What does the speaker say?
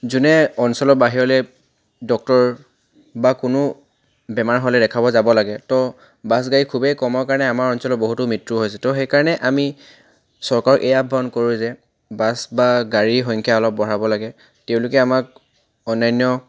যোনে অঞ্চলৰ বাহিৰলৈ ডক্তৰ বা কোনো বেমাৰ হ'লে দেখাব যাব লাগে তো বাছ গাড়ী খুবেই কমৰ কাৰণে আমাৰ অঞ্চলৰ বহুতো মৃত্যু হৈছে তো সেইকাৰণে আমি চৰকাৰক এই আহ্বান কৰোঁ যে বাছ বা গাড়ীৰ সংখ্যা অলপ বঢ়াব লাগে তেওঁলোকে আমাক অন্যান্য